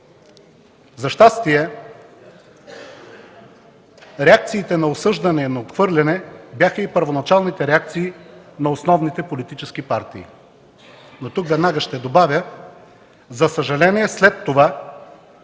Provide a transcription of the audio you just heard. За щастие реакциите на осъждане и на отхвърляне бяха и първоначалните реакции на основните политически партии. Но тук веднага ще добавя – за съжаление след това